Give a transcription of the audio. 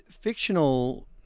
Fictional